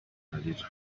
arira